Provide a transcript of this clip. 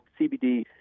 CBD